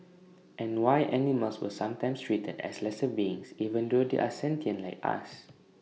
and why animals were sometimes treated as lesser beings even though they are sentient like us